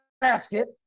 basket